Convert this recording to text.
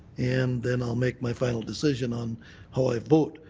and then i will make my final decision on how i vote.